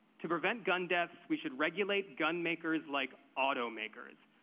to prevent gun deaths, we should regulate gunmakers like automakers.